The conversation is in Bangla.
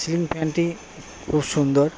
সিলিং ফ্যানটি খুব সুন্দর